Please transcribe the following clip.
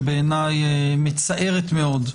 שבעיניי מצערת מאוד,